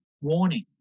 warning